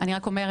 אני רק אומרת,